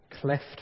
cleft